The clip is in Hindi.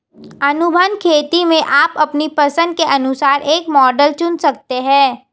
अनुबंध खेती में आप अपनी पसंद के अनुसार एक मॉडल चुन सकते हैं